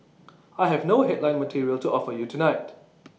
I have no headline material to offer you tonight